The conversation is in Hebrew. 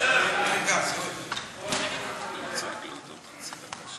יחידה שמעוניין להחליף אותה בדירה אחרת יחויב